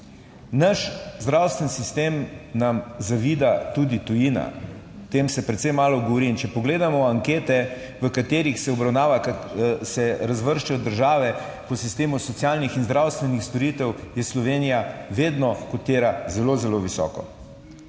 Naš zdravstveni sistem nam zavida tudi tujina. O tem se precej malo govori in če pogledamo ankete, v katerih se obravnava, se razvrščajo države po sistemu socialnih in zdravstvenih storitev, je Slovenija, vedno kotira zelo, zelo visoko.